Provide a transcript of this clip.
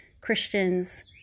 Christians